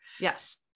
yes